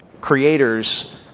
creators